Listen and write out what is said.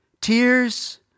Tears